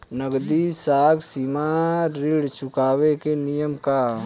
नगदी साख सीमा ऋण चुकावे के नियम का ह?